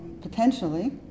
potentially